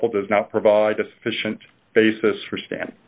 estoppel does not provide a sufficient basis for stand